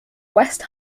west